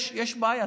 יש בעיה,